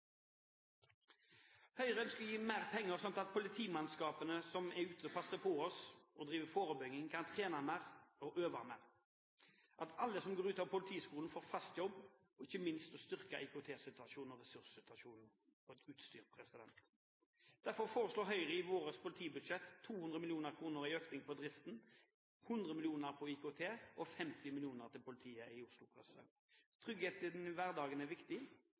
Høyre ønsker å gi mer penger, slik at politimannskapene som er ute og passer på oss og driver forebygging, kan trene mer og øve mer, at alle som går ut av Politihøgskolen, får fast jobb, og ikke minst å styrke IKT-situasjonen og ressurssituasjonen når det gjelder utstyr. Derfor foreslår Høyre i sitt politibudsjett 200 mill. kr til økning av driften, 100 mill. kr til IKT og 50 mill. kr til politiet i Oslo. Trygghet i hverdagen er viktig,